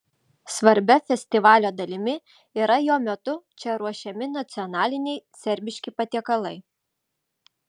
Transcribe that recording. svarbia festivalio dalimi yra jo metu čia ruošiami nacionaliniai serbiški patiekalai